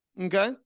okay